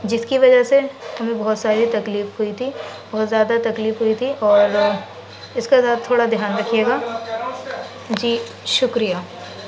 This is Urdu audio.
جس کی وجہ سے ہمیں بہت ساری تکلیف ہوئی تھی اور زیادہ تکلیف ہوئی تھی اور اس کا ذرا تھوڑا دھیان رکھیے گا جی شکریہ